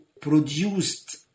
produced